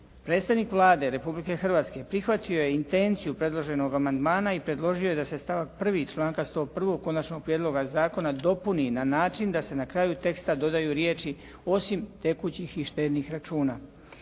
Predstavnik Vlade Republike Hrvatske prihvatio je intenciju predloženog amandmana i predložio je da se stavak 1. članka 101. Konačnog prijedloga zakona dopuni na način da se na kraju teksta dodaju riječi: «osim tekućih i štednih računa».